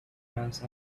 fence